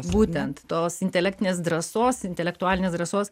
būtent tos intelektinės drąsos intelektualinės drąsos